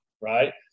right